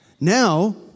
Now